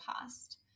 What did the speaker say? past